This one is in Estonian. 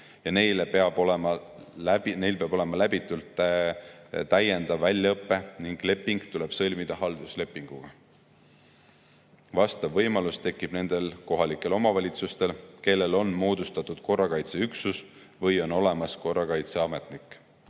ja neil peab olema läbitud täiendav väljaõpe ning leping tuleb sõlmida halduslepinguna. See võimalus tekib nendel kohalikel omavalitsustel, kellel on moodustatud korrakaitseüksus või on olemas korrakaitseametnik.